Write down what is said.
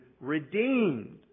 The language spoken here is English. redeemed